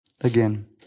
Again